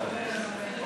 מיכאלי.